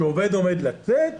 שעובד עומד לצאת,